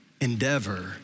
endeavor